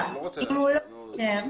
הוא לא רוצה לאשר.